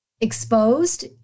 exposed